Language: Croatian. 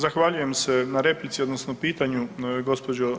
Zahvaljujem se na replici odnosno pitanju gđo.